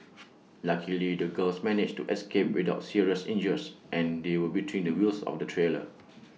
luckily the girls managed to escape without serious injuries and they were between the wheels of the trailer